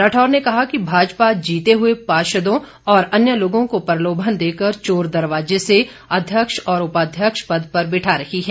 राठौर ने कहा कि भाजपा जीते हुए पार्षदों और अन्य लोगों को प्रलोभन देकर चोर दरवाजे से अध्यक्ष और उपाध्यक्ष पद पर बिठा रही है